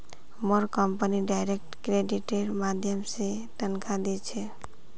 मोर company direct क्रेडिटेर माध्यम स तनख़ा दी छेक